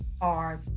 hard